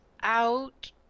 out